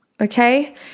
okay